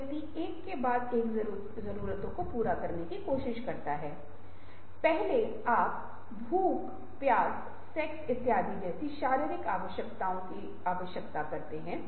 ऐसा हो सकता है कि यदि उत्पाद क्लिक नहीं करता है तो उत्पाद को प्रारंभ या धारणा से अंतिम चरण तक विकसित करने के लिए हमने जो भी पैसा लगाया है